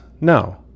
No